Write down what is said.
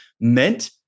meant